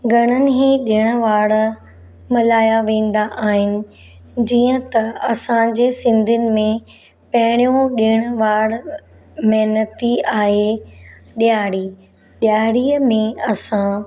घणनि ई ॾिणु वारु मल्हाया वेंदा आहिनि जीअं त असांजे सिंधिनि में पहिरियों ॾिणु वाड़ महिनती आहे ॾिआरी ॾिआरीअ में असां